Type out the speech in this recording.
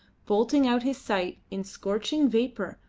blotting out his sight in scorching vapour,